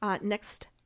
Next